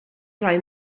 roi